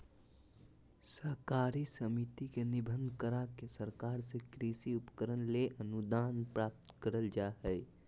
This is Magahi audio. सहकारी समिति के निबंधन, करा के सरकार से कृषि उपकरण ले अनुदान प्राप्त करल जा हई